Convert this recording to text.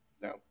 no